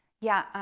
yeah,